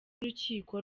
urukiko